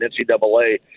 NCAA